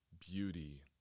beauty